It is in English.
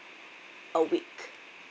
a week